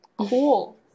Cool